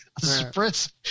Spritz